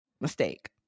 mistake